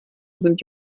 sind